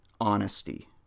honesty